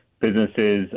businesses